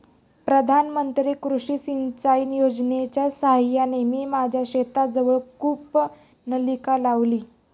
प्रधानमंत्री कृषी सिंचाई योजनेच्या साहाय्याने मी माझ्या शेताजवळ कूपनलिका लावली